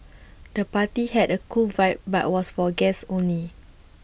the party had A cool vibe but was for guests only